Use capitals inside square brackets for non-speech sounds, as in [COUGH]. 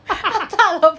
[LAUGHS]